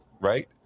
right